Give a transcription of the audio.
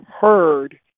heard